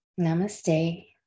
Namaste